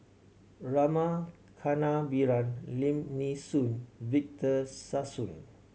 Rama Kannabiran Lim Nee Soon Victor Sassoon